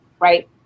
Right